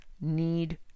need